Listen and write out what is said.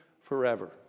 forever